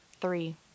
three